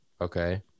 okay